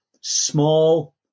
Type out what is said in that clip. small